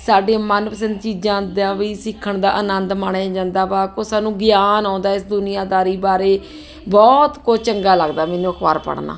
ਸਾਡੇ ਮਨਪਸੰਦ ਚੀਜ਼ਾਂ ਦਾ ਵੀ ਸਿੱਖਣ ਦਾ ਆਨੰਦ ਮਾਣਿਆ ਜਾਂਦਾ ਵਾ ਕੁਛ ਸਾਨੂੰ ਗਿਆਨ ਆਉਂਦਾ ਇਸ ਦੁਨੀਆਂਦਾਰੀ ਬਾਰੇ ਬਹੁਤ ਕੁਛ ਚੰਗਾ ਲੱਗਦਾ ਮੈਨੂੰ ਅਖ਼ਬਾਰ ਪੜ੍ਹਨਾ